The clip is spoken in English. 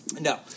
No